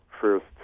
first